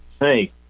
Hey